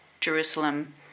Jerusalem